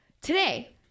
today